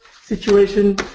situation